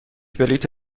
بلیط